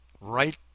right